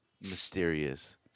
mysterious